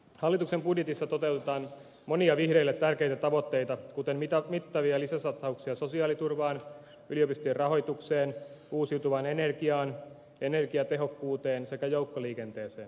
hallituksen budjetissa toteutetaan monia vihreille tärkeitä tavoitteita kuten mittavia lisäsatsauksia sosiaaliturvaan yliopistojen rahoitukseen uusiutuvaan energiaan energiatehokkuuteen sekä joukkoliikenteeseen